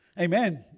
Amen